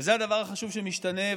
וזה הדבר החשוב שמשתנה.